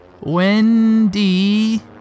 Wendy